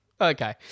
Okay